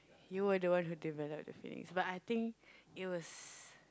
you were the one who developed the feelings but I think it was